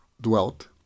dwelt